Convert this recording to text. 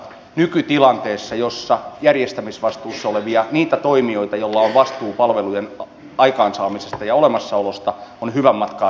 nykytilanteessa järjestämisvastuussa olevia niitä toimijoita joilla on vastuu palvelujen aikaansaamisesta ja olemassaolosta on hyvän matkaa toista sataa